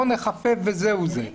בוא נחפף וזהו זה'.